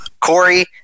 Corey